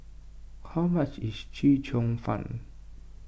how much is Chee Cheong Fun